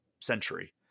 century